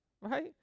right